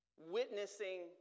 witnessing